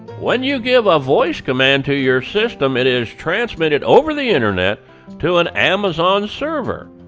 when you give a voice command to your system, it is transmitted over the internet to an amazon server.